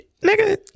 nigga